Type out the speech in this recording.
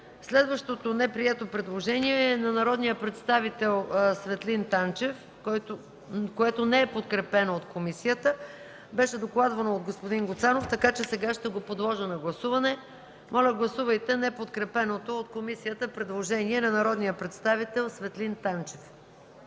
Следващото неприето предложение е на народния представител Светлин Танчев, което не е подкрепено от комисията. Беше докладвано от господин Гуцанов, така че сега ще го подложа на гласуване. Моля, гласувайте неподкрепеното от комисията предложение на народния представител Светлин Танчев.